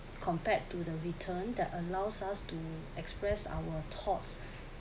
compared to the written that allows us to express our thoughts